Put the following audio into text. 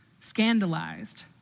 scandalized